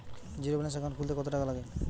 Zero balance account খুলতে কত টাকা লাগে?